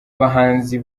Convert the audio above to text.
bahanzi